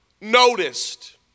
noticed